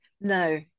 no